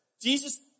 Jesus